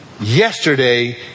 yesterday